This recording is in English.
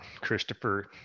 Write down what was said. Christopher